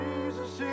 Jesus